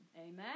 Amen